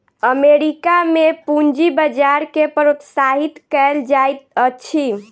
America में पूंजी बजार के प्रोत्साहित कयल जाइत अछि